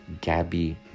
gabby